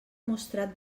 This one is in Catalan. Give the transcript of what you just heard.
mostrat